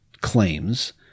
claims